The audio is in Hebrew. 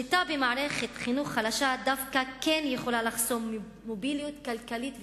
שליטה במערכת חינוך חלשה דווקא כן יכולה לחסום מוביליות כלכלית וחברתית,